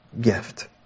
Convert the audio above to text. gift